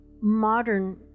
modern